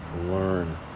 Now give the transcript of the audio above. learn